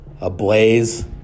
Ablaze